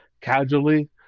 casually